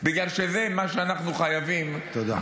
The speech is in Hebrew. בגלל שזה מה שאנחנו חייבים -- תודה.